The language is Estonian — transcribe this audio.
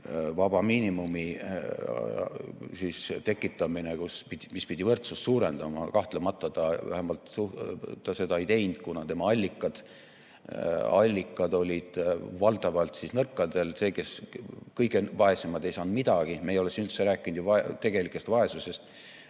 miinimumi tekitamine, mis pidi võrdsust suurendama, aga kahtlemata ta seda ei teinud, kuna tema allikad olid valdavalt nõrgad, kõige vaesemad ei saanud midagi. Me ei ole siin üldse rääkinud ju tegelikust vaesusest.